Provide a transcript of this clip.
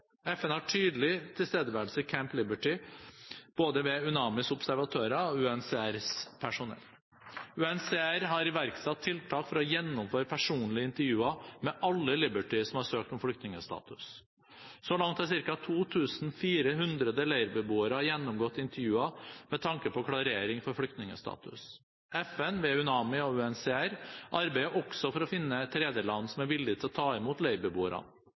FN har tydelig tilstedeværelse i Camp Liberty ved både UNAMIs observatører og UNHCRs personell. UNHCR har iverksatt tiltak for å gjennomføre personlige intervjuer med alle i Liberty som har søkt om flyktningstatus. Så langt har ca. 2 400 leirbeboere gjennomgått intervjuer med tanke på klarering for flyktningstatus. FN ved UNAMI og UNHCR arbeider også for å finne tredjeland som er villig til å ta imot